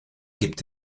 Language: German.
gibt